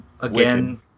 Again